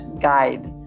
guide